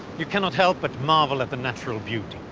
you cannot help but marvel at the natural beauty.